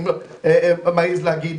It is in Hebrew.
אני מעז להגיד,